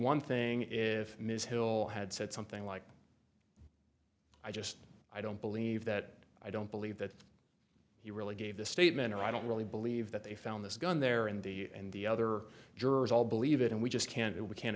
one thing if ms hill had said something like i just i don't believe that i don't believe that he really gave the statement of i don't really believe that they found this gun there in the end the other jurors all believe it and we just can't we can